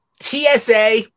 TSA